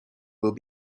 will